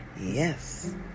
Yes